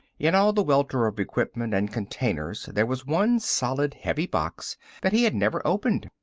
in all the welter of equipment and containers, there was one solid, heavy box that he had never opened.